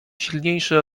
silniejszy